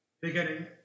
beginning